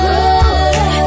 Ruler